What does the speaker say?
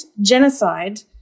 genocide